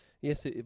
Yes